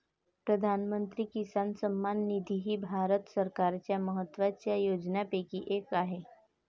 प्रधानमंत्री किसान सन्मान निधी ही भारत सरकारच्या महत्वाच्या योजनांपैकी एक आहे